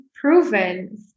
proven